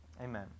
Amen